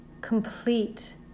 complete